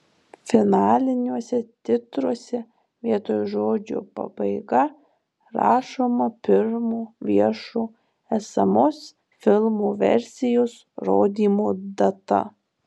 finaliniuose titruose vietoj žodžio pabaiga rašoma pirmo viešo esamos filmo versijos rodymo data